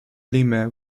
lima